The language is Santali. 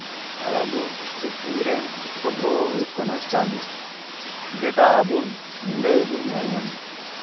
ᱟᱨ ᱟᱵᱚ ᱯᱨᱤᱛᱷᱤᱵᱤ ᱨᱮᱱ ᱩᱯᱚᱜᱨᱚᱦᱚ ᱦᱩᱭᱩᱜ ᱠᱟᱱᱟᱭ ᱪᱟᱸᱫᱩ ᱡᱮᱴᱟ ᱟᱵᱚ ᱧᱤᱫᱟᱹ ᱵᱚᱱ ᱧᱮᱞ ᱧᱟᱢᱮ